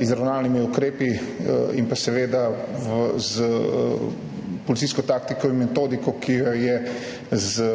izravnalnimi ukrepi in s policijsko taktiko in metodiko, ki jo je z